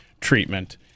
treatment